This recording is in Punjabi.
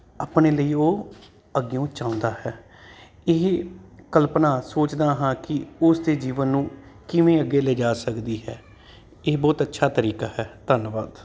ਆਪਣੇ ਲਈ ਉਹ ਅੱਗਿਓਂ ਚਾਹੁੰਦਾ ਹੈ ਇਹ ਕਲਪਨਾ ਸੋਚਦਾ ਹਾਂ ਕਿ ਉਸ ਦੇ ਜੀਵਨ ਨੂੰ ਕਿਵੇਂ ਅੱਗੇ ਲਿਜਾ ਸਕਦੀ ਹੈ ਇਹ ਬਹੁਤ ਅੱਛਾ ਤਰੀਕਾ ਹੈ ਧੰਨਵਾਦ